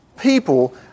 people